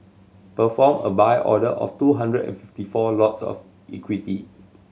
perform a buy order of two hundred and fifty four lots of equity